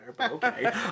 Okay